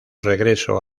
regreso